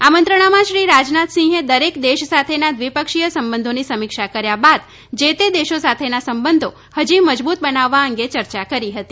આ મંત્રણામાં શ્રી રાજનાથસિંહે દરેક દેશ સાથેના દ્રિપક્ષીય સંબંધોની સમીક્ષા કર્યા બાદ જે તે દેશો સાથેના સંબંધો હજી મજબૂત બનાવવા અંગે ચર્ચા કરી હતી